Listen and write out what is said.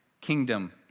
kingdom